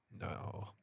no